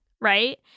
right